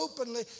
openly